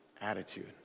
attitude